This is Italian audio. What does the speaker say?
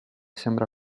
sembra